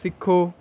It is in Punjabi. ਸਿੱਖੋ